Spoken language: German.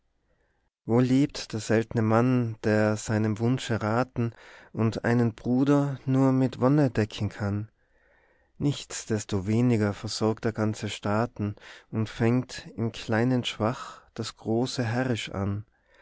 wo lebt der seltne mann der seinem wunsche raten und einen bruder nur mit wonne decken kann nichts destoweniger versorgt er ganze staaten und fängt im kleinen schwach das große herrisch an